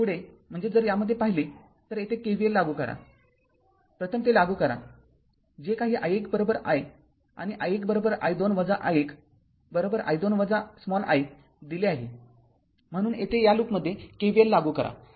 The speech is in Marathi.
तर पुढे म्हणजे जर यामध्ये पाहिले तर येथे KVL लागू करा प्रथम ते लागू करा जे काही i१ i आणि i१ i२ i१ i२ i दिले आहे म्हणून येथे या लूपमध्ये KVL लागू करा